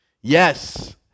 Yes